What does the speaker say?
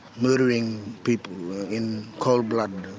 murdering people in cold blood,